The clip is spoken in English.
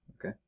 Okay